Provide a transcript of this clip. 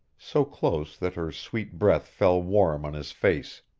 so close that her sweet breath fell warm on his face.